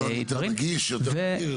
מנגנון יותר נגיש, יותר מהיר.